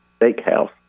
steakhouse